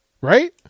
Right